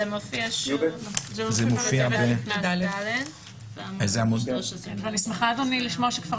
זה מופיע שוב בעמוד 13. זה ירד